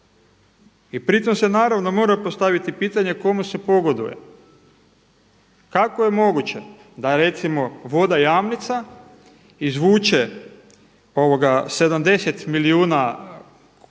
I pritom se naravno mora postaviti pitanje kome se pogoduje. Kako je moguće da je recimo voda Jamnica izvuče 70 milijuna litara